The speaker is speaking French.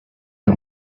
est